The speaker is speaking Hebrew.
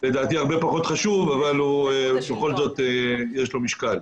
לדעתי הרבה פחות חשוב אבל בכל זאת יש לו משקל.